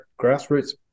grassroots